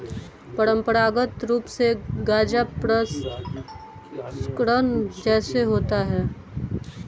परंपरागत रूप से गाजा प्रसंस्करण कैसे होता है?